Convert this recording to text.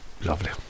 Lovely